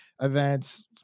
events